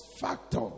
factor